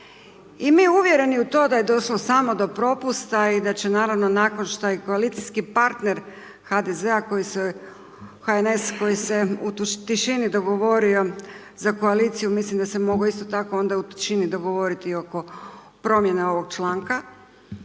I mi uvjereni u to da je došlo samo do propusta i da će naravno nakon što i koalicijski partner HDZ-a, HNS koji se u tišini dogovorio za koaliciju, mislim da se mogao isto tako onda u tišini dogovoriti i oko promjene ovog članka,